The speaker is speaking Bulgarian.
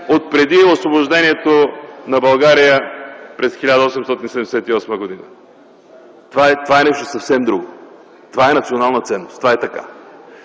отпреди Освобождението на България през 1878 г. Това е нещо съвсем друго - това е национална ценност, това е така.